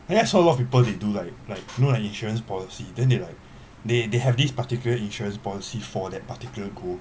yes a lot of people they do like like know lah insurance policy then they like they they have this particular insurance policy for that particular group